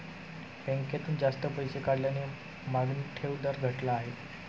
बँकेतून जास्त पैसे काढल्याने मागणी ठेव दर घटला आहे